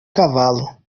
cavalo